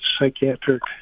psychiatric